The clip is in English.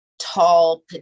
tall